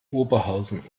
oberhausen